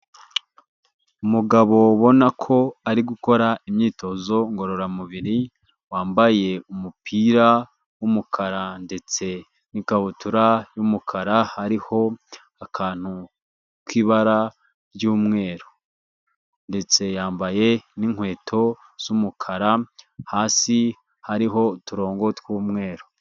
Umugabo ubona ko ari gukora imyitozo ngororamubiri wambaye umupira w'umukara ndetse n'ikabutura y'umukara hariho akantu k'ibara ry'umweru ndetse yambaye n'inkweto z'umukara hasi hariho uturongo tw'umweru.